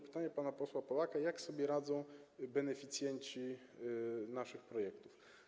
Pytanie pana posła Polaka, jak sobie radzą beneficjenci naszych projektów.